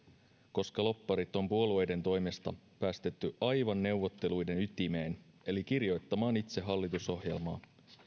koska lobbarit on puolueiden toimesta päästetty aivan neuvotteluiden ytimeen eli kirjoittamaan itse hallitusohjelmaa